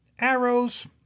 Arrows